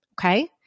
okay